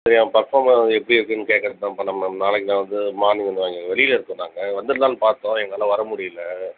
சரி அவன் பர்ஃபார்ம் எப்படி இருக்குன்னு கேட்கறதுக்குதான் பண்ணேன் மேடம் நாளைக்கு நான் வந்து மார்னிங் வந்து வாங்கி வெளியில இருக்கோம் நாங்கள் வந்துடலான்னு பார்த்தோம் எங்களால் வர முடியல